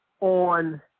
on –